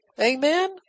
Amen